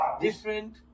different